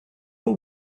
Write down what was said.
what